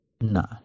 No